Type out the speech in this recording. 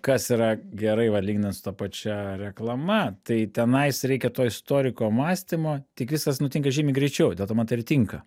kas yra gerai va lyginant su ta pačia reklama tai tenais reikia to istoriko mąstymo tik viskas nutinka žymiai greičiau dėl to man tai ir tinka